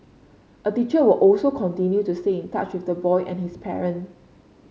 a teacher will also continue to stay in touch with the boy and his parent